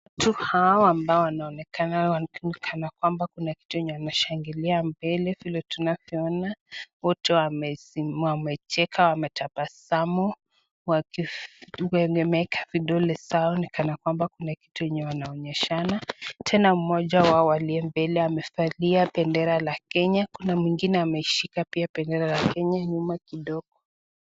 Watu hawa ambao wanaonekana kana kwamba kuna kitu wanashangilia mbele vile tunavyoona. Wote wamesimama, wamecheka, wametabasamu wakiweka vidole zao kana kwamba kuna kitu wanaonyeshana. Tena moja wao aliye mbele amevalia bendera la Kenya. Kuna mwingine pia ameshika bendera la Kenya nyuma kidogo.